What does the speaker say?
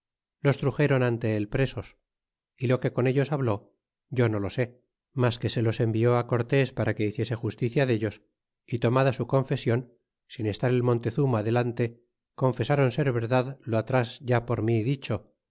los truxéron nte él presos y lo que con ellos habló yo no lo sé mas que se los envió cortés para que hiciese justicia dellos y tomada su confesion sin estar el montezurna delante confesron ser verdad lo atrás ya por mi dicho